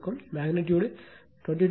magnitude 22